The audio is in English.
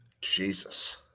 Jesus